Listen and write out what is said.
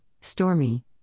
stormy